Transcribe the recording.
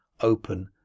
open